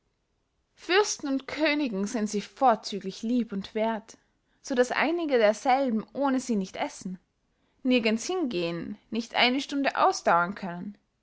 fürsten und königen sind sie vorzüglich lieb und werth so daß einige derselben ohne sie nicht essen nirgends hingehen nicht eine stunde ausdauern können